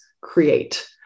create